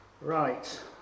Right